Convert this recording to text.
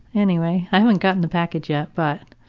anyway. i haven't gotten the package yet, but